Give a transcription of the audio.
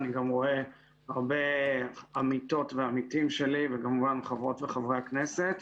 אני גם רואה הרבה עמיתות ועמיתים שלי וכמובן חברות וחברי הכנסת.